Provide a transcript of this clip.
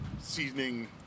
seasoning